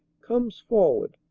comes forward,